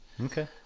Okay